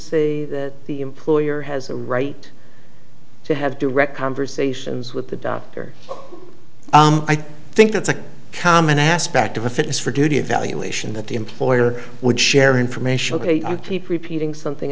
cases that the employer has a right to have direct conversations with the doctor i think that's a common aspect of if it is for duty evaluation that the employer would share information keep repeating something